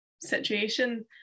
situation